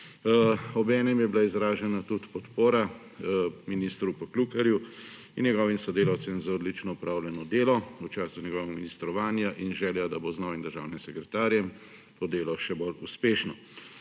Obenem je bila izražena tudi podpora ministru Poklukarju in njegovim sodelavcem za odlično opravljeno delo v času njegovega ministrovanja in želja, da bo z novim državnem sekretarjem to delal še bolj uspešno.